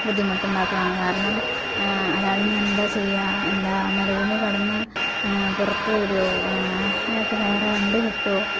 ബുദ്ധിമുട്ടുണ്ടാക്കണതാണ് കാരണം അയാളിനി എന്താ ചെയ്യാ എന്താ മരുഭൂമി കടന്ന് പുറത്ത് വരുവോ അയാള്ക്ക് വേറെ വണ്ടി കിട്ട്വോ